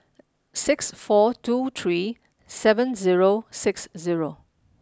six four two three seven zero six zero